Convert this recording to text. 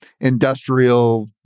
industrial